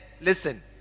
listen